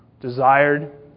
desired